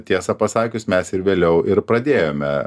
tiesą pasakius mes ir vėliau ir pradėjome